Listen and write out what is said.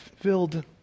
filled